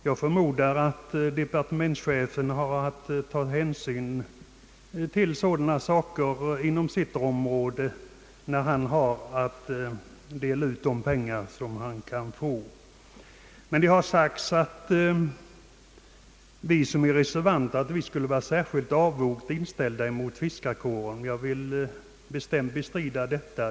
Jag förmodar att departementschefen även måste ta sådana hänsyn vid fördelningen av de medel han kan få. Det har sagts att vi reservanter skulle vara särskilt avogt inställda mot fiskarkåren. Jag vill bestämt bestrida detta.